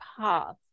path